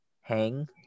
hang